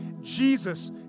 Jesus